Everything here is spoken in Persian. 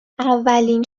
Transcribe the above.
اولین